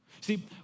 See